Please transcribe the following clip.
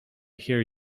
hear